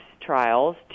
trials